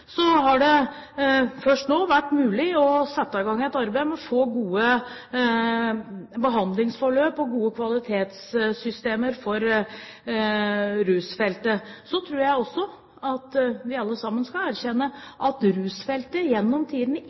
Så tror jeg også at vi alle sammen skal erkjenne at rusfeltet gjennom